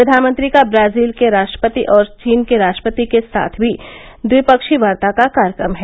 प्रधानमंत्री का ब्राजील के राष्ट्रपति और चीन के राष्ट्रपति के साथ भी द्विपक्षीय वार्ता का कार्यक्रम है